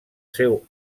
seu